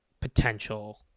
potential